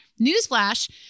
newsflash